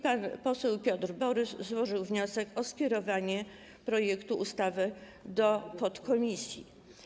Pan poseł Piotr Borys złożył wniosek o skierowanie projektu ustawy do podkomisji.